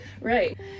Right